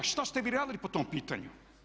Šta ste vi radili po tom pitanju?